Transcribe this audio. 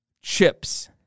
chips